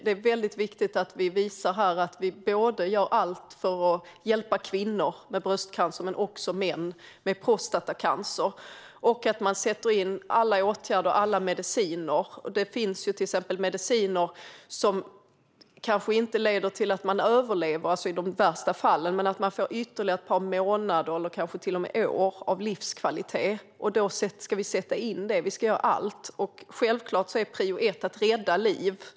Det är väldigt viktigt att vi visar att vi gör allt för att hjälpa både kvinnor med bröstcancer och män med prostatacancer och att man vidtar alla åtgärder och sätter in alla mediciner. Det finns till exempel mediciner som kanske inte leder till att man överlever i de värsta fallen men gör att man får ytterligare ett par månader eller kanske till och med år av livskvalitet, och då ska vi sätta in de medicinerna. Vi ska göra allt. Självklart är prio ett att rädda liv.